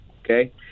okay